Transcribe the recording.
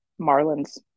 Marlins